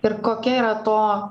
ir kokia yra to